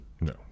No